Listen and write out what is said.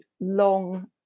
long